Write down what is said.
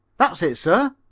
that's it, sir,